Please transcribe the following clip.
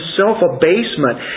self-abasement